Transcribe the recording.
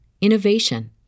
innovation